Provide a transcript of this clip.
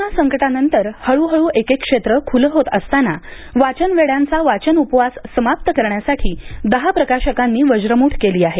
corona संकटानंतरहळूहळू एक एक क्षेत्र खुले होत असताना वाचनवेडय़ांचा वाचन उपवास समाप्त करण्यासाठी दहा प्रकाशकांनी वज्रमूठ केली आहे